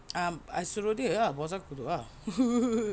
um I suruh dia ah boss aku tu ah